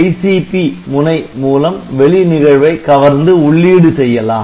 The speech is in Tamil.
ICP முனை மூலம் வெளி நிகழ்வை கவர்ந்து உள்ளீடு செய்யலாம்